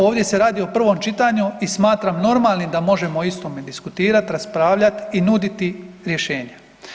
Ovdje se radi o prvom čitanju i smatram normalnim da možemo o istome diskutirat, raspravljat i nuditi rješenja.